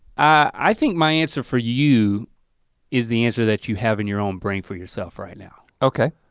i think my answer for you is the answer that you have in your own brain for yourself right now. okay.